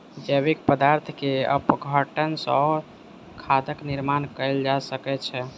जैविक पदार्थ के अपघटन सॅ खादक निर्माण कयल जा सकै छै